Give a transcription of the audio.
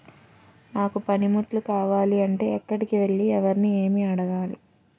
నాకు పనిముట్లు కావాలి అంటే ఎక్కడికి వెళ్లి ఎవరిని ఏమి అడగాలి?